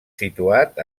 situat